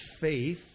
faith